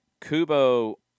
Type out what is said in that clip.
Kubo